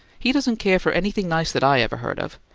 he doesn't care for anything nice that i ever heard of.